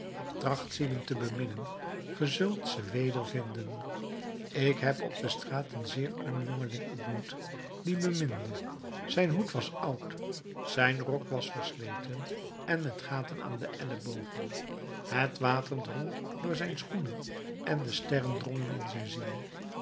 zielen te beminnen ge zult ze wedervinden ik heb op de straat een zeer arm jongeling ontmoet die beminde zijn hoed was oud zijn rok was versleten en met gaten aan de ellebogen het water drong door zijn schoenen en de sterren drongen in zijn ziel